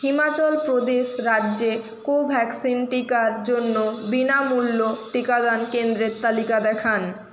হিমাচল প্রদেশ রাজ্যে কোভ্যাক্সিন টিকার জন্য বিনামূল্য টিকাদান কেন্দ্রের তালিকা দেখান